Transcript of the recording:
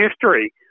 history